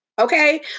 Okay